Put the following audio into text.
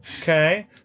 okay